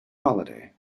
holiday